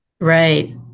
Right